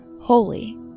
holy